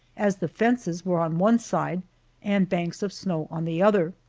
as the fences were on one side and banks of snow on the other,